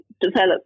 develop